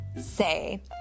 say